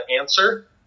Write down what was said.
answer